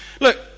Look